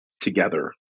together